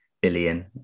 billion